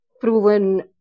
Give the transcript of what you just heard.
proven